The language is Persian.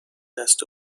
دست